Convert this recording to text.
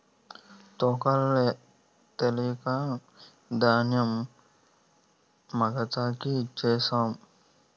తూకాలు తెలక ధాన్యం మగతాకి ఇచ్ఛేససము